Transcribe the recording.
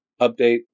update